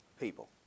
People